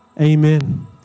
Amen